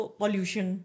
pollution